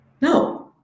No